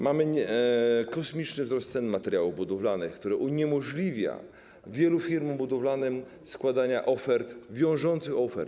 Mamy kosmiczny wzrost cen materiałów budowlanych, który uniemożliwia wielu firmom budowlanym składanie ofert, wiążących ofert.